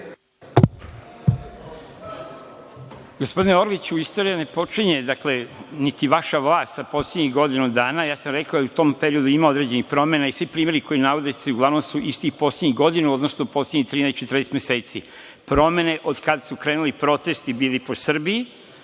Gospodine Orliću, istorija ne počinje, niti vaša vlast sa poslednjih godinu dana. Ja sam rekao da u tom periodu ima određenih promena i svi primeri koji navodite su uglavnom isti poslednjih 13,14 meseci, promene od kada su krenuli protesti bili po Srbiji,